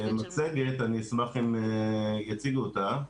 אני אשמח אם יציגו אותה.